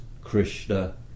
Krishna